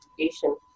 education